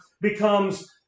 becomes